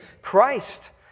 Christ